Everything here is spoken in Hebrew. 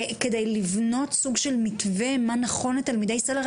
כדי לבנות סוג של מתווה שנכון לתלמידי ישראל?